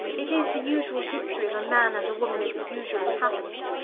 it is the usual history of a man and a woman as it usually happens,